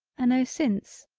a no since,